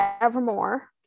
Evermore